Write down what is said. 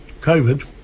COVID